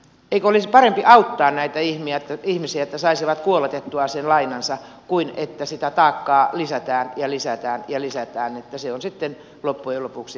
eikö olisi parempi auttaa näitä ihmisiä että saisivat kuoletettua sen lainansa kuin että sitä taakkaa lisätään ja lisätään ja lisätään niin että se on sitten loppujen lopuksi satakertainen